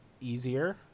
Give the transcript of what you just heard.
easier